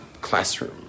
classroom